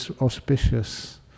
auspicious